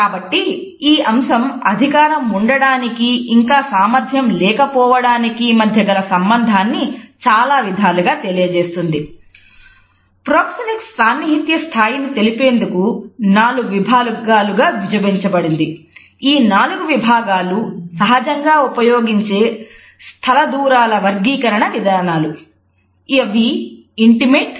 కాబట్టి ఈ అంశం అధికారం ఉండడానికి ఇంకా సామర్థ్యం లేక పోవడానికి మధ్య గల సంబంధాన్ని చాలా విధాలుగా తెలియజేస్తుంది